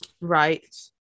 Right